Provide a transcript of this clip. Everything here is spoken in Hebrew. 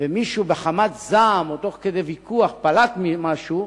ומישהו בחמת זעם או תוך כדי ויכוח פלט משהו,